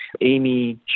Amy